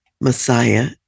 Messiah